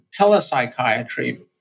telepsychiatry